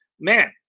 Man